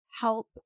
help